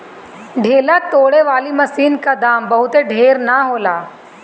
ढेला तोड़े वाली मशीन क दाम बहुत ढेर ना होला